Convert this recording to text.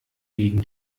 gegen